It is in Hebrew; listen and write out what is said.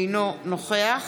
אינו נוכח